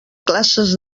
classes